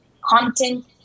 content